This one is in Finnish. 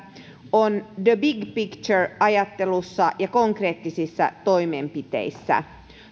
on the big picture ajattelussa ja konkreettisissa toimenpiteissä